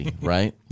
right